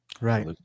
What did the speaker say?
Right